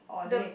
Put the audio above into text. the